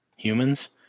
humans